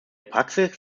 praxis